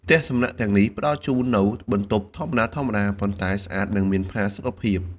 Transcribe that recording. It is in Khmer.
ផ្ទះសំណាក់ ទាំងនេះផ្តល់នូវបន្ទប់ធម្មតាៗ ប៉ុន្តែស្អាត និងមានផាសុកភាព។